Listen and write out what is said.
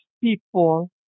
people